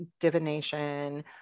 divination